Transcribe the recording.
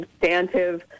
substantive